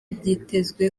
byitezwe